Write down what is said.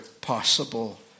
possible